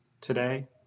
today